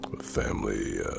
family